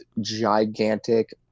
gigantic